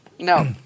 No